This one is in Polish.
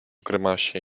grymasie